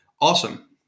awesome